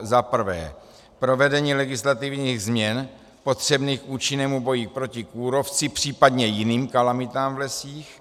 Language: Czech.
I. provedení legislativních změn potřebných k účinnému boji proti kůrovci, případně jiným kalamitám v lesích;